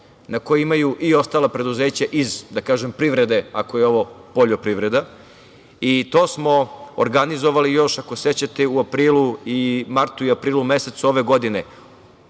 na koje imaju i ostala preduzeća iz, da kažem, privrede, ako je ovo poljoprivreda, i to smo organizovali još, ako se sećate, u martu i aprilu mesecu ove godine. Oni